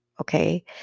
okay